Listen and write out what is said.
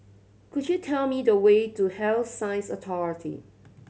could you tell me the way to Health Sciences Authority